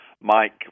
Mike